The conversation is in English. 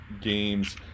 games